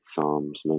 Psalms